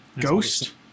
Ghost